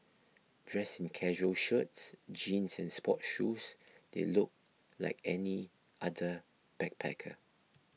dressed in casual shirts jeans and sports shoes they looked like any other backpacker